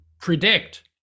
predict